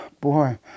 boy